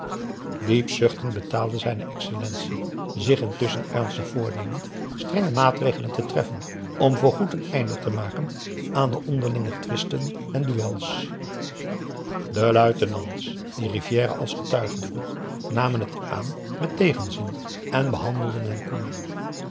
diep zuchtend betaalde zijn excellentie zich intusschen ernstig voornemend strenge maatregelen te treffen om voor goed een einde te maken aan de onderlinge twisten en duëls de luitenants die rivière als getuigen vroeg namen het aan met tegenzin en behandelden hem koel